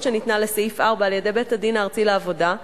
שניתנה לסעיף 4 על-ידי בית-הדין הארצי לעבודה,